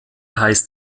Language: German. heißt